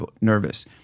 nervous